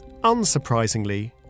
unsurprisingly